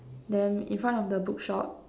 then in front of the book shop